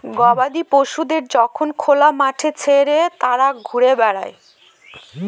গবাদি পশুদের যখন খোলা মাঠে ছেড়ে তারা ঘুরে বেড়ায়